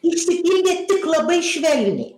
išsipildė tik labai švelniai